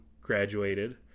graduated